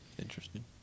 Interesting